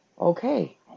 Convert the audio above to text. okay